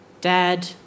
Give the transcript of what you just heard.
Dad